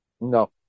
No